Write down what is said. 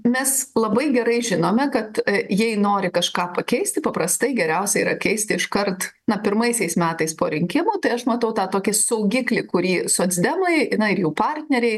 mes labai gerai žinome kad jei nori kažką pakeisti paprastai geriausia yra keisti iškart na pirmaisiais metais po rinkimų tai aš matau tą tokį saugiklį kurį socdemai na ir jų partneriai